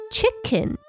Chicken